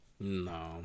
No